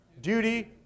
Duty